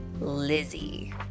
Lizzie